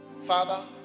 father